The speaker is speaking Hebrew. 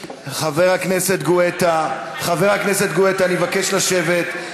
חבר הכנסת גואטה, חבר הכנסת גואטה, אני מבקש לשבת.